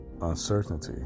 uncertainty